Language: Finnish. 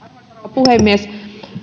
puhemies